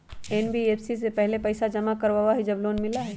NBFC पहले पईसा जमा करवहई जब लोन मिलहई?